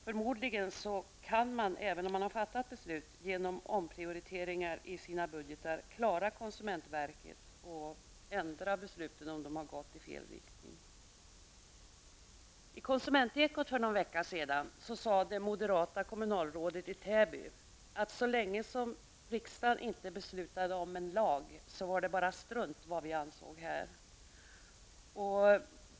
Förmodligen kan man, även om man har fattat beslut, genom omprioriteringar i sina budgeteringar klara konsumentverket och ändra besluten om de har gått i fel riktning. I Konsumentekot för någon vecka sedan sade det moderata kommunalrådet i Täby att så länge riksdagen inte har beslutat om en lag är det bara strunt vad man anser.